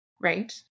Right